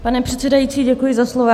Pane předsedající, děkuji za slovo.